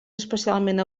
especialment